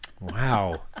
Wow